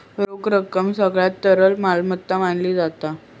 रोख रकमेक सगळ्यात तरल मालमत्ता मानली जाता